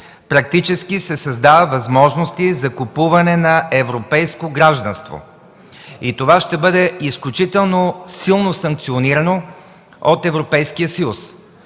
практически се създават възможности за купуване на европейско гражданство. Това ще бъде изключително силно санкционирано от Европейския съюз.